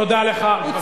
תודה לך.